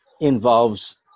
involves